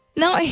now